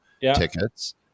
tickets